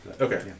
Okay